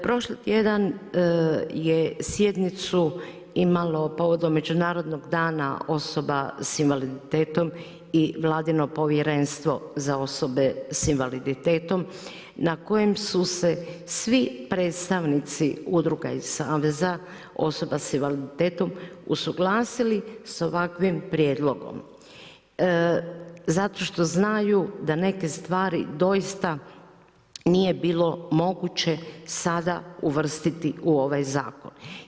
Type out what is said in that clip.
Prošli tjedan je sjednicu imalo povodom Međunarodnog dana osoba sa invaliditetom i vladino Povjerenstvo za osobe sa invaliditetom na kojem su se svi predstavnici udruga i saveza osoba sa invaliditetom usuglasili sa ovakvim prijedlogom zato što znaju da neke stvari doista nije bilo moguće sada uvrstiti u ovaj zakon.